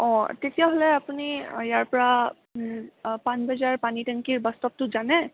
অঁ তেতিয়াহ'লে আপুনি ইয়াৰপৰা পানবজাৰৰ পানীৰ টেংকীৰ বাছ ষ্টপটো জানে